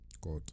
God